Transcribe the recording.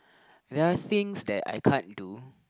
there are things that I can't do